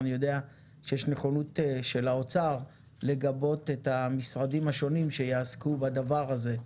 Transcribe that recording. אני יודע שיש נכונות של האוצר לגבות את המשרדים השונים שיעסקו בדבר הזה.